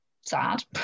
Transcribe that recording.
sad